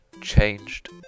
changed